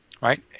right